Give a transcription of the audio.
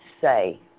say